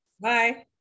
Bye